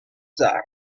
zar